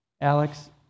Alex